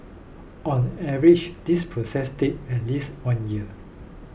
on average this process take at least one year